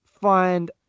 find